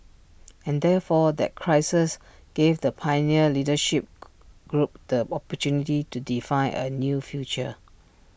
and therefore that crisis gave the pioneer leadership group the opportunity to define A new future